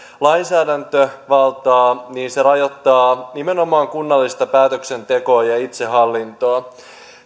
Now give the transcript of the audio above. lainsäädäntövaltaa se rajoittaa nimenomaan kunnallista päätöksentekoa ja itsehallintoa